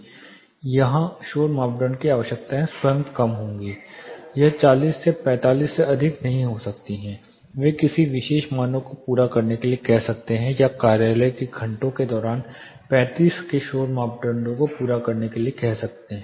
यहां शोर मानदंड की आवश्यकता स्वयं कम होगी यह 40 या 45 से अधिक नहीं हो सकता है वे किसी विशेष मानक को पूरा करने के लिए कह सकते हैं या कार्यालय के घंटों के दौरान 35 के शोर मानदंडों को पूरा करने के लिए कह सकते हैं